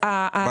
ההמשך לא יגיעו.